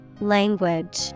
Language